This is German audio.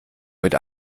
mit